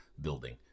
building